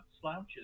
slouches